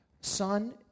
son